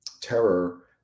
terror